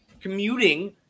commuting